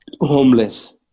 Homeless